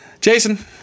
Jason